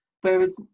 whereas